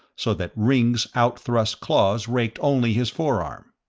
so that ringg's outthrust claws raked only his forearm.